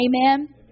Amen